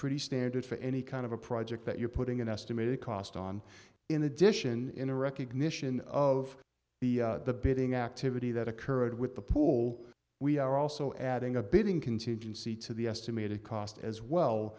pretty standard for any kind of a project that you're putting an estimated cost on in addition in a recognition of the bidding activity that occurred with the pool we are also adding a bidding contingency to the estimated cost as well